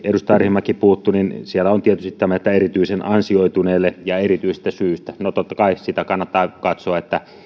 edustaja arhinmäki puuttui siihen että siellä on tietysti tämä erityisen ansioituneelle ja erityisestä syystä no totta kai kannattaa katsoa